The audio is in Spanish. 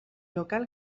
local